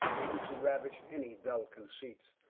able to rauish any dull conceit.